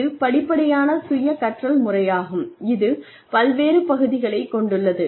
இது படிப்படியான சுய கற்றல் முறையாகும் இது பல்வேறு பகுதிகளை கொண்டுள்ளது